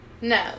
No